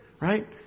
Right